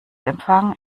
empfang